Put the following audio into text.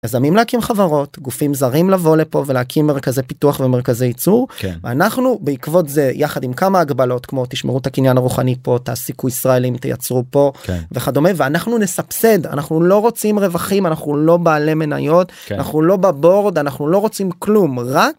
יזמים להקים חברות, גופים זרים לבוא לפה ולהקים מרכזי פיתוח ומרכזי ייצור, אנחנו בעקבות זה יחד עם כמה הגבלות כמו תשמרו את הקניין הרוחני פה, תעסיקו ישראלים, תייצרו פה, וכדומה, ואנחנו נסבסד אנחנו לא רוצים רווחים אנחנו לא בעלי מניות אנחנו לא בבורד אנחנו לא רוצים כלום, רק.